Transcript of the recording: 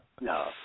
No